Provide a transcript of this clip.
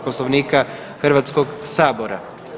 Poslovnika Hrvatskog sabora.